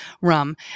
rum